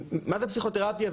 מה זה פסיכותרפיה,